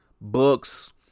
books